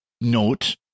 note